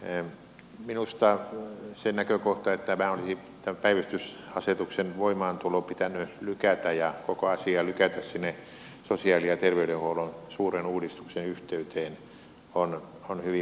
minusta se näkökohta että olisi tätä päivystysasetuksen voimaantuloa pitänyt lykätä ja koko asia lykätä sinne sosiaali ja terveydenhuollon suuren uudistuksen yhteyteen on hyvin perusteltu